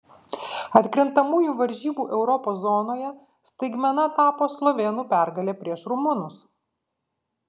atkrintamųjų varžybų europos zonoje staigmena tapo slovėnų pergalė prieš rumunus